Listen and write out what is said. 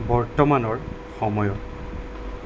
বৰ্তমানৰ সময়ত